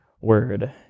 word